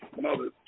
mother